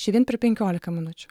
čia vien per penkiolika minučių